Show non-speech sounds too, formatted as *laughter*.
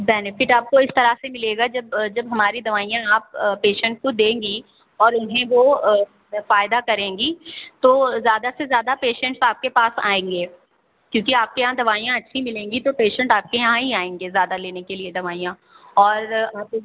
benefit आपको इस तरह से मिलेगा जब जब हमारी दवाइयाँ आप पेशेन्ट को देंगी और इन्हें वो वे फ़ायदा करेंगी तो ज़्यादा से ज़्यादा पेशेन्ट्स आपके पास आएँगे क्योंकि आपके यहाँ दवाइयाँ अच्छी मिलेंगी तो पेशेन्ट आपके यहाँ ही आएँगे ज़्यादा लेने के लिए दवाइयाँ और आप *unintelligible*